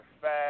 fast